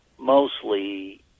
Mostly